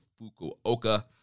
Fukuoka